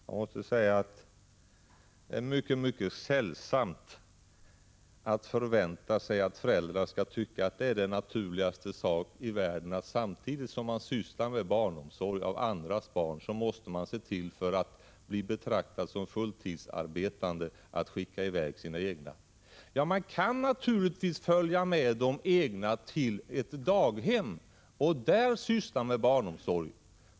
Jag måste säga att det är mycket sällsamt att förvänta sig att föräldrarna skall tycka att det är den naturligaste saken i världen att man, samtidigt som man sysslar med omsorg om andras barn, måste skicka i väg sina egna barn för att bli betraktad som heltidsarbetande. Man kan naturligtvis följa med de egna barnen till ett daghem och där syssla med barnomsorg.